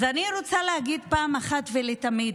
אז אני רוצה להגיד פעם אחת ולתמיד: